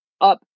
up